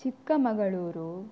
Chikkamagaluru